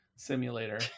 simulator